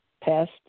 past